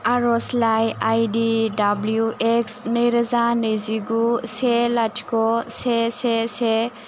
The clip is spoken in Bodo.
आर'जलाइ आई डी दाब्लिउ एक्स नैरोजा नैजिगु से लाथिख' से से से